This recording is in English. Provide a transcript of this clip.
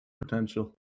potential